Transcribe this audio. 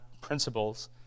principles